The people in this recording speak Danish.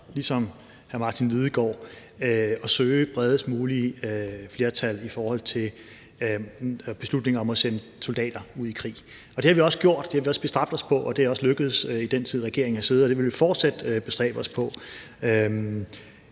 ligesom hr. Martin Lidegaard at søge det bredest mulige flertal i forhold til beslutninger om at sende soldater ud i krig. Og det har vi også bestræbt os på, og det er også lykkedes i den tid, regeringen har siddet, og det vil vi fortsat bestræbe os på.